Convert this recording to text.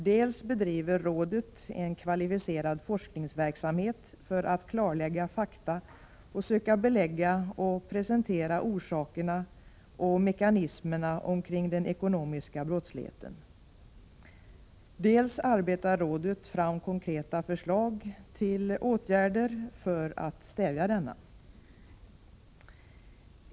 Dels bedriver rådet en kvalificerad forskningsverksamhet för att klarlägga fakta och söka belägga och presentera orsakerna och mekanismerna kring den ekonomiska brottsligheten, dels arbetar rådet fram konkreta förslag till åtgärder för att stävja denna.